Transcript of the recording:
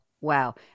wow